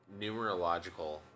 numerological